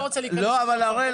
הראל,